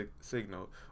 signal